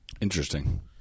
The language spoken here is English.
Interesting